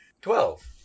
Twelve